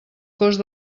cost